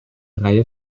reihe